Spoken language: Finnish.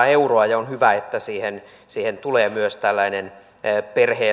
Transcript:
euroa ja on hyvä että siihen siihen tulee myös tällainen perhe